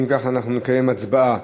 אם כך, אנחנו נקיים הצבעה.